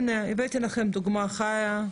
הנה הבאתי לכם דוגמה חיה,